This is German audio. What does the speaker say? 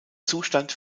zustand